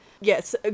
Yes